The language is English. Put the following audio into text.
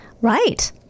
Right